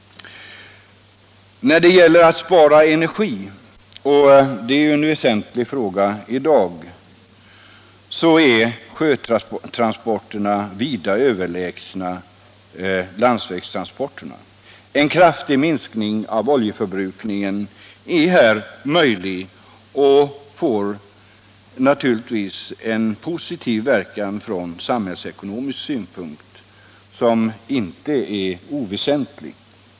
När det gäller att spara energi — och det är ju en väsentlig fråga i dag - är sjötransporter vida överlägsna landsvägstransporter. En kraftig minskning av oljeförbrukningen är här möjlig, något som naturligtvis får en positiv verkan från samhällsekonomisk synpunkt som inte är oväsentlig.